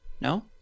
No